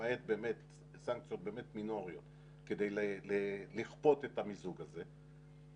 למעט סנקציות באמת מינוריות כדי לכפות את המיזוג הזה,